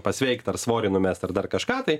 pasveikt ar svorį numest ar dar kažką tai